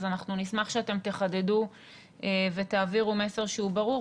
אז אנחנו נשמח שאתם תחדדו ותעבירו מסר שהוא ברור,